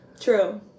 True